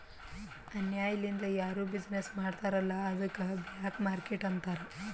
ಅನ್ಯಾಯ ಲಿಂದ್ ಯಾರು ಬಿಸಿನ್ನೆಸ್ ಮಾಡ್ತಾರ್ ಅಲ್ಲ ಅದ್ದುಕ ಬ್ಲ್ಯಾಕ್ ಮಾರ್ಕೇಟ್ ಅಂತಾರ್